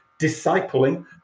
discipling